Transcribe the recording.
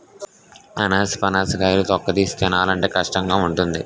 అనాసపనస కాయలు తొక్కతీసి తినాలంటే కష్టంగావుంటాది